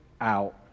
out